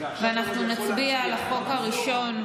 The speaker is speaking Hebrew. נצביע על החוק הראשון,